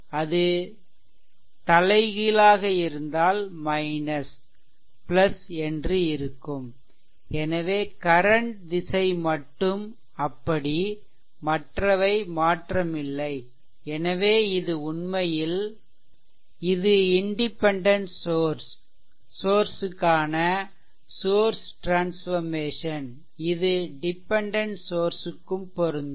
அது தலைகீழாக இருந்தால் என்று இருக்கும் எனவே கரன்ட் திசை மட்டும் அப்படி மற்றவை மாற்றமில்லை எனவே இது உண்மையில் இது இண்டிபெண்டென்ட் சோர்ஸ் க்கான சோர்ஸ் ட்ரான்ஸ்ஃபெர்மேசன் இது டிபெண்டென்ட் சோர்ஸ் க்கும் பொருந்தும்